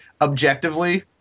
objectively